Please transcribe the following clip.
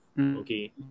Okay